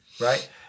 Right